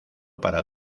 para